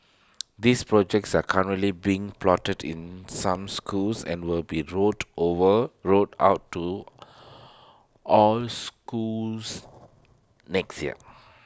these projects are currently being piloted in some schools and will be rolled over rolled out to all schools next year